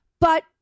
But-